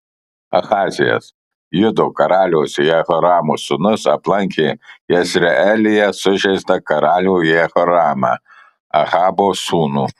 ahazijas judo karaliaus jehoramo sūnus aplankė jezreelyje sužeistą karalių jehoramą ahabo sūnų